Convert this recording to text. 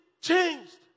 changed